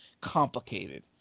complicated